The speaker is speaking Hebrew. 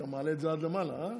אתה מעלה את זה עד למעלה, אה?